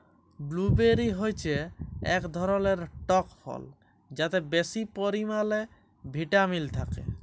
blueberry হচ্যে এক ধরলের টক ফল যাতে বেশি পরিমালে ভিটামিল থাক্যে